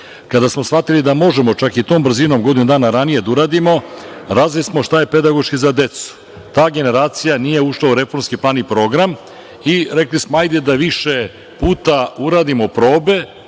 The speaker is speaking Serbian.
smo shvatili da možemo čak i tom brzinom godinu dana ranije da uradimo, radili smo šta je pedagoški za decu. Ta generacija nije ušla u reformski plan i program i rekli smo, hajde da više puta uradimo probe